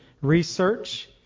Research